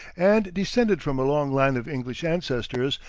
and descended from a long line of english ancestors,